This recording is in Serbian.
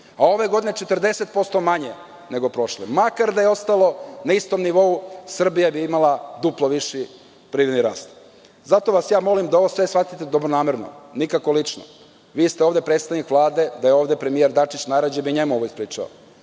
A ove godine 40% manje nego prošle. Makar da je ostalo na istom nivou, Srbija bi imala duplo viši privredni rast. Zato vas ja molim da sve ovo shvatite dobronamerno, nikako lično. Vi ste ovde predstavnik Vlade, da je tu premijer Dačić, najradije bih njemu ovo ispričao.